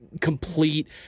complete